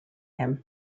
him